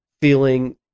feeling